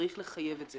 צריך לחייב את זה